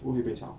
不会被炒